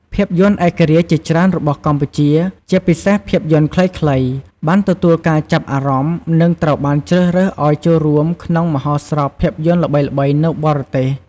ភាពយន្តឯករាជ្យជាច្រើនរបស់កម្ពុជា ជាពិសេសភាពយន្តខ្លីៗ បានទទួលការចាប់អារម្មណ៍ និងត្រូវបានជ្រើសរើសឱ្យចូលរួមក្នុងមហោស្រពភាពយន្តល្បីៗនៅបរទេស។